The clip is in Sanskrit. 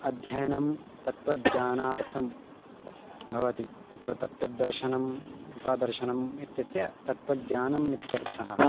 अध्ययनं तत्त्वज्ञानार्थं भवति तत्र तत्त्त् दर्शनम् अथवा दर्शनम् इत्यस्य तत्त्वज्ञानम् इत्यर्थः